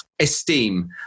esteem